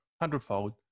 hundredfold